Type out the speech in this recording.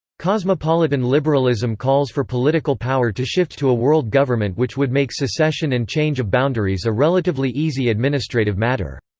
cosmopolitan liberalism calls for political power to shift to a world government which would make secession and change of boundaries a relatively easy administrative matter.